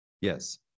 Yes